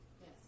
Yes